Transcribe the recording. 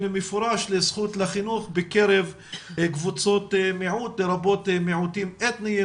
מפורש לזכות לחינוך בקרב קבוצות מיעוט לרבות מיעוטים אתניים